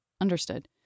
Understood